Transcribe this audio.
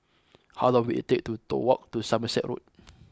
how long will it take to walk to Somerset Road